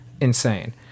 insane